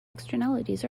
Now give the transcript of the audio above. externalities